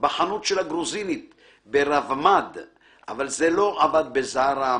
בחנות של הגרוזינית ברבמד / אבל זה לא עבד בזארה,